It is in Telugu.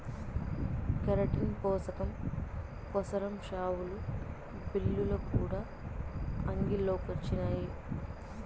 కెరటిన్ పోసకం కోసరం షావులు, బిల్లులు కూడా అంగిల్లో కొచ్చినాయి